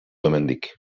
hemendik